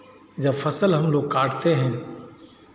जब फसल हमलोग काटते हैं